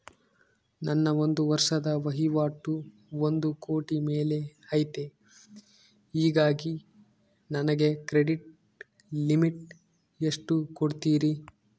ನನ್ನ ಒಂದು ವರ್ಷದ ವಹಿವಾಟು ಒಂದು ಕೋಟಿ ಮೇಲೆ ಐತೆ ಹೇಗಾಗಿ ನನಗೆ ಕ್ರೆಡಿಟ್ ಲಿಮಿಟ್ ಎಷ್ಟು ಕೊಡ್ತೇರಿ?